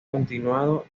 continuado